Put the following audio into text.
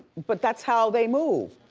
but that's how they move.